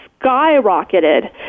skyrocketed